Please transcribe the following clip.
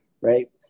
right